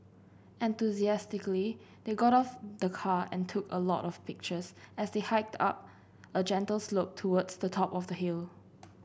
enthusiastically they got out of the car and took a lot of pictures as they hiked up a gentle slope towards the top of the hill